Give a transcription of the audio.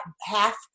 half